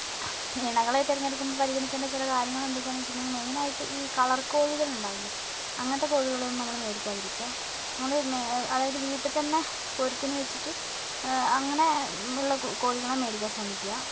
ഇണകളെ തിരഞ്ഞെടുക്കുമ്പോൾ പരിഗണിക്കേണ്ട ചില കാര്യങ്ങളെന്തൊക്കെയാണെന്ന് വെച്ചിട്ടുണ്ടെങ്കിൽ മെയിനായിട്ട് ഈ കളർ കോഴികളുണ്ടാകില്ലേ അങ്ങനത്തെ കോഴികളെയൊന്നും നമ്മൾ മേടിക്കാതിരിക്കുക നമ്മൾ അതായത് വീട്ടിൽ തന്നെ പൊരുത്തിന് വെച്ചിട്ട് അങ്ങനെ ഉള്ള കോഴികളെ മേടിക്കാൻ ശ്രമിക്കുക